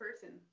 person